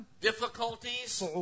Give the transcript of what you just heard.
difficulties